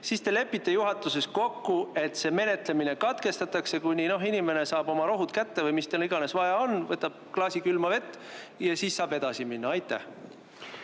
siis te lepite juhatuses kokku, et see menetlemine katkestatakse, kuni inimene saab oma rohud kätte või mis tal iganes vaja on, võtab klaasi külma vett, ja siis saab edasi minna? On